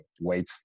wait